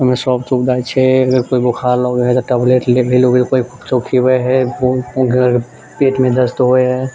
ओहिमे सभ सुविधा छै ओहिमे बोखार लगै है तऽ टेबलेट लेबै है पेटमे दस्त होइ है